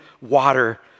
water